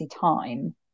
time